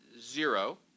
zero